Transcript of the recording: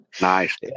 Nice